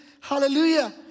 Hallelujah